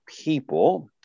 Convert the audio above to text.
people